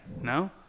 No